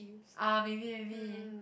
ah maybe maybe